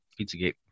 PizzaGate